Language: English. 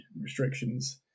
restrictions